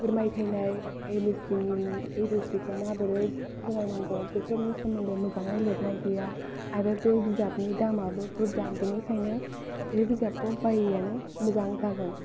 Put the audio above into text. फोरमायथायनाय A B C D खौ माबोरै फोरमायनांगौ बेफोरनि सोमोन्दै मोजाङै लिरनाय गैया आरो बे बिजाबनि दामाबो बुरजा बेनिखायनो बे बिजाबखौ बायैआनो मोजां जागोन